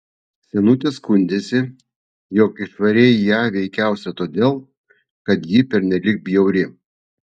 senutė skundėsi jog išvarei ją veikiausiai todėl kad ji pernelyg bjauri